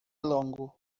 longo